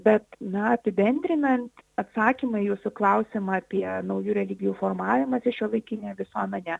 bet na apibendrinant atsakymą į jūsų klausimą apie naujų religijų formavimąsi šiuolaikinėje visuomenėje